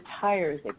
tires